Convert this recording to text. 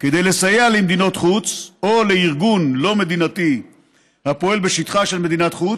כדי לסייע למדינת חוץ או לארגון לא מדינתי הפועל בשטחה של מדינת חוץ,